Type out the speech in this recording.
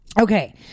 Okay